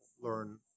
learn